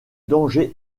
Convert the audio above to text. danger